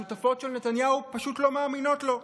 כי השותפות של נתניהו פשוט לא מאמינות לו.